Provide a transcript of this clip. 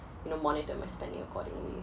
you know monitor my spending accordingly